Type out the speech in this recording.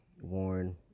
worn